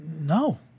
No